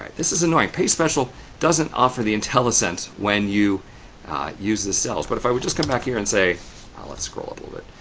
this is annoying. paste special doesn't offer the intellisense when you use the cells, but if i would just come back here and say ah let's scroll up a little bit,